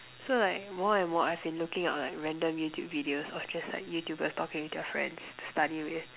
so like more and more I've been looking out like random YouTube videos or just YouTubers talking to their friends to study with